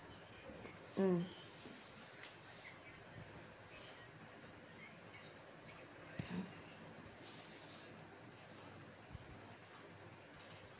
mm mmhmm